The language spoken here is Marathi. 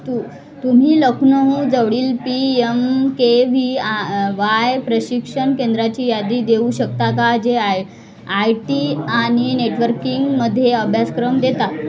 तू तुम्ही लखनऊजवळील पी यम के व्ही आ वाय प्रशिक्षण केंद्राची यादी देऊ शकता का जे आय आय टी आणि नेटवर्किंगमध्ये अभ्यासक्रम देतात